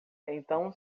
então